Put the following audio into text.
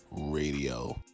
radio